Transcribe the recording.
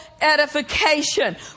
edification